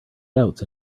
doubts